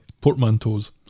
portmanteaus